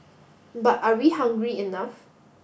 but are we hungry enough